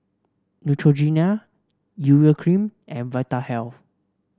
Neutrogena Urea Cream and Vitahealth